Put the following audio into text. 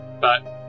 Bye